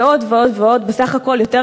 2 מיליון שקלים למימון מפלגות,